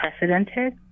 unprecedented